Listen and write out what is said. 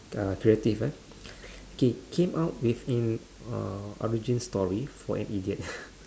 uh creative ya come out with an origin story for an idiot